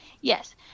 Yes